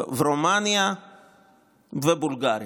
רומניה ובולגריה.